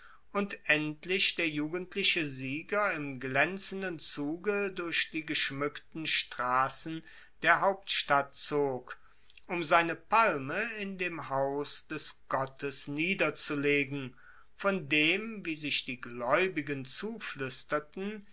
und endlich der jugendliche sieger im glaenzenden zuge durch die geschmueckten strassen der hauptstadt zog um seine palme in dem haus des gottes niederzulegen von dem wie sich die glaeubigen